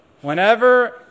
whenever